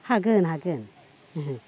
हागोन हागोन